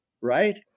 right